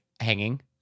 hanging